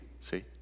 see